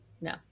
No